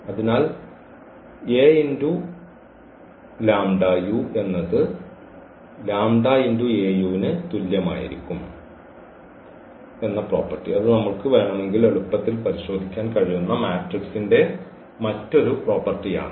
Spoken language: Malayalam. അതിനാൽ എന്നത് ന് തുല്യമായിരിക്കും അത് നമ്മൾക്ക് വേണമെങ്കിൽ എളുപ്പത്തിൽ പരിശോധിക്കാൻ കഴിയുന്ന മാട്രിക്സിന്റെ മറ്റൊരു പ്രോപ്പർട്ടിയാണ്